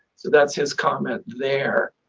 so that's his comment there.